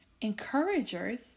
encouragers